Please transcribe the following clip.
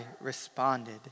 responded